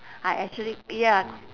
I actually ya